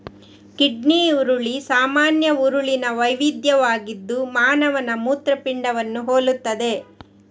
kidney ಹುರುಳಿ ಸಾಮಾನ್ಯ ಹುರುಳಿನ ವೈವಿಧ್ಯವಾಗಿದ್ದು ಮಾನವನ ಮೂತ್ರಪಿಂಡವನ್ನು ಹೋಲುತ್ತದೆ